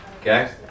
Okay